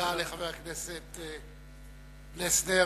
תודה לחבר הכנסת פלסנר.